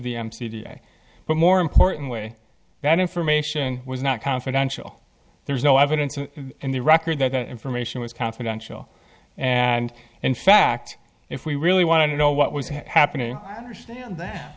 a but more important way that information was not confidential there's no evidence in the record that the information was confidential and in fact if we really want to know what was happening i understand that